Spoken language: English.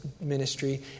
ministry